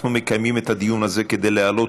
אנחנו מקיימים את הדיון הזה כדי להעלות